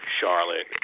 Charlotte